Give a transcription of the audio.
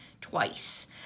twice